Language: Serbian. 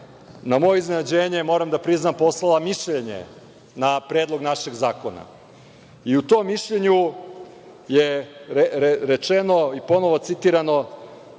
na moje iznenađenje, moram da priznam, poslala mišljenje na Predlog našeg zakona i u tom mišljenju je rečeno i ponovo citirano